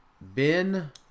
ben